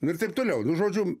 nu ir taip toliau nu žodžiu